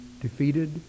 defeated